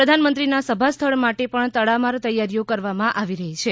પ્રધાન મંત્રીના સભા સ્થળ માટે પણ તડામાર તૈયારીઓ કરવામાં આવી રહી છે